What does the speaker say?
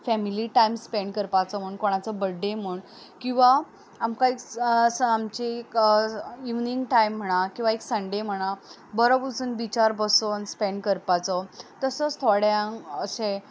family time spend करपाचो म्हण कोणाचो बर्थडे म्हण किंवां आमकां एक आमची एक इवनींग टायम म्हणा किंवां एक सन्डे म्हणा बरो वचून बीचार बसून स्पेन्ड करपाचो तसोच थोड्यांक अशें